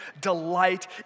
delight